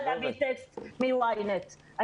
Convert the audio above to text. להביא טקסט מ'YNET'.